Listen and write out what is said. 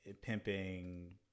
pimping